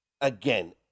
Again